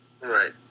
Right